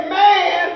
man